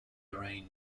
rain